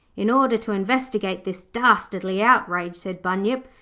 in order to investigate this dastardly outrage said bunyip,